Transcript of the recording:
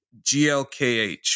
GLKH